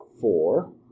four